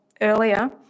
earlier